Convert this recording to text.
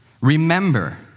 remember